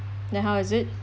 then how is it